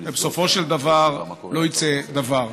ובסופו של דבר לא יצא דבר.